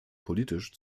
politisch